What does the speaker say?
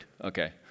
okay